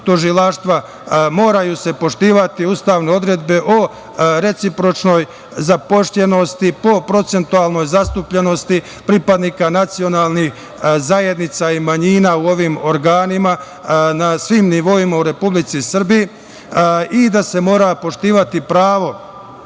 tužilaštva moraju se poštovati ustavne odredbe o recipročnoj zaposlenosti po procentualnoj zastupljenosti pripadnika nacionalnih zajednica i manjina u ovim organima, na svim nivoima u Republici Srbiji i da se mora poštovati pravo